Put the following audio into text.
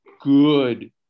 good